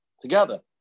together